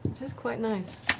it is quite nice.